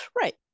Right